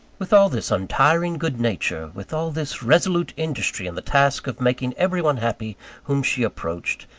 with all this untiring good-nature, with all this resolute industry in the task of making every one happy whom she approached,